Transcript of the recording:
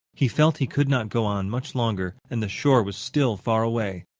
he felt he could not go on much longer, and the shore was still far away.